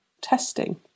testing